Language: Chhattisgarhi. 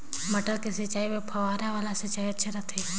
मटर के खेती बर फव्वारा वाला सिंचाई अच्छा रथे?